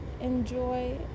enjoy